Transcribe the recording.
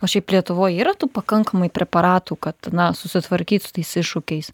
o šiaip lietuvoj yra tų pakankamai preparatų kad na susitvarkyt su tais iššūkiais